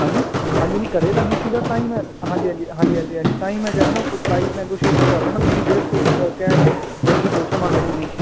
ਹਾਂਜੀ ਹਾਂਜੀ ਘਰੇ ਤਾਂ ਨਹੀਂ ਸੀਗਾ ਤਾਂ ਹੀ ਮੈਂ ਹਾਂਜੀ ਹਾਂਜੀ ਹਾਂਜੀ ਤਾਂ ਹੀ ਮੈਂ ਕਹਿ ਰਿਹਾ ਨਾ ਪ੍ਰਾਈਜ ਨੈਗੋਸੇਟ ਤਾਂ ਕਰ ਲੈਣਾ ਤੁਸੀਂ ਡੇਡ ਸੋ ਕਿਹ ਕੇ ਹੁਣ ਤੁਸੀਂ ਦੋ ਸੋ ਮੰਗ ਰਹੇ ਹੋ ਜੀ